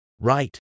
right